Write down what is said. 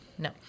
No